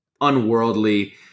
unworldly